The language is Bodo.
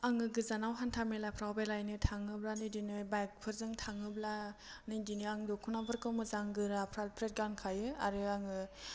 आङो गोजानाव हान्था मेलाफ्राव बेरायनो थाङोब्ला बिदिनो बाइकफोरजों थाङोब्ला नैदिनो आं दख'नाफोरखौ मोजां गोरा फ्राथ फ्रिथ गानखायो आरो आङो